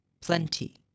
Plenty